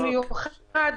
במיוחד,